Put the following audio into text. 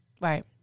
Right